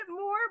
more